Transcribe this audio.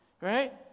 Right